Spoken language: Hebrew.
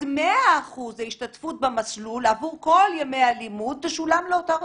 אז 100% ההשתתפות במסלול עבור כל ימי הלימוד תשולם לאותה רשות.